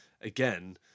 again